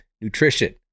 Nutrition